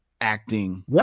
acting